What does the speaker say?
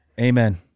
Amen